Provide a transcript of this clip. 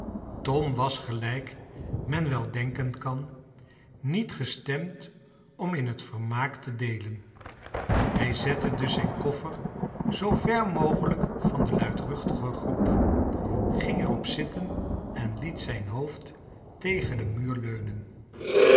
tom was gelijk men wel denken kan niet gestemd om in het vermaak te deelen hij zette dus zijn koffer zoover mogelijk van de luidruchtige groep ging er op zitten en liet zijn hoofd tegen den muur leunen